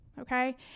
okay